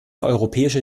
europäische